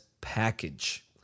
package